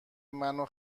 منو